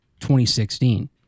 2016